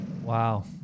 Wow